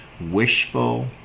wishful